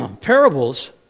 Parables